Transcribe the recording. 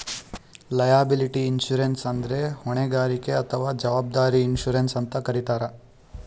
liability insurance ಅಂದ್ರ ಹೊಣೆಗಾರಿಕೆ ಅಥವಾ ಜವಾಬ್ದಾರಿ ಇನ್ಶೂರೆನ್ಸ್ ಅಂತ್ ಕರಿತಾರ್